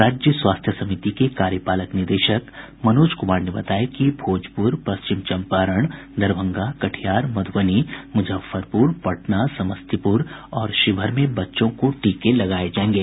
राज्य स्वास्थ्य समिति के कार्यपालक निदेशक मनोज क्मार ने बताया कि भोजपुर पश्चिम चंपारण दरभंगा कटिहार मधुबनी मुजफ्फरपुर पटना समस्तीपुर और शिवहर में बच्चों को टीके लगाये जायेंगे